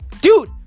Dude